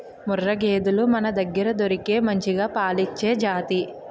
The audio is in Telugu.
ముర్రా గేదెలు మనదగ్గర దొరికే మంచిగా పాలిచ్చే జాతి